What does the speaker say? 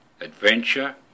adventure –